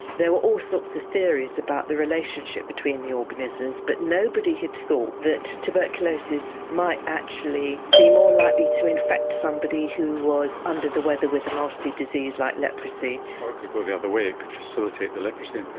there were all sorts of theories about the relationship between the organisms but nobody had thought that tuberculosis might actually be more likely to infect somebody who was under the weather with a nasty disease like leprosy. or it could go the other way, it could facilitate the leprosy infection.